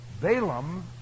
Balaam